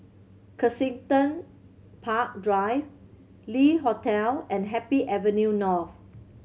Kensington Park Drive Le Hotel and Happy Avenue North